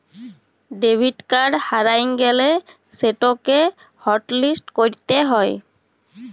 debit card হারাঁয় গ্যালে সেটকে হটলিস্ট ক্যইরতে হ্যয়